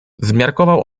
zmiarkował